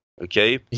okay